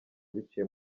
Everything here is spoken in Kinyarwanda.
biciye